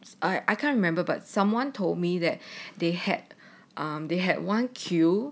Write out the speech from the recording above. I I can't remember but someone told me that they had they had one queue